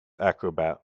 acrobat